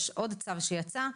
יש עוד צו שיצא,